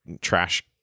trash